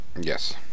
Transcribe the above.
Yes